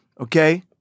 Okay